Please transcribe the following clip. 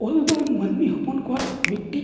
ᱚᱞᱫᱚ ᱢᱟᱹᱱᱢᱤ ᱦᱚᱯᱚᱱ ᱠᱚᱣᱟᱜ ᱢᱤᱫᱴᱤᱡ